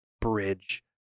bridge